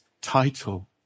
title